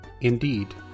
Indeed